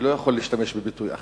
אני לא יכול להשתמש בביטוי אחר,